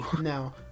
No